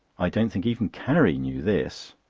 i don't think even carrie knew this.